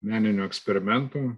meniniu eksperimentu